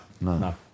no